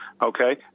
okay